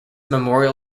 memorial